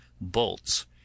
bolts